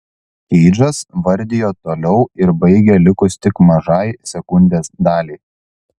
keidžas vardijo toliau ir baigė likus tik mažai sekundės daliai